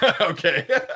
Okay